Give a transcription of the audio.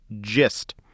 GIST